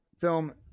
film